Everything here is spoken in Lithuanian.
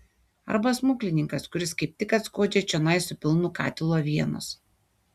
arba smuklininkas kuris kaip tik atskuodžia čionai su pilnu katilu avienos